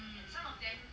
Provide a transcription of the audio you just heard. hmm